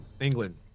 England